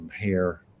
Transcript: hair